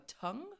tongue